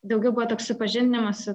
daugiau buvo toks supažindinimas su